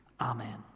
amen